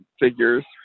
figures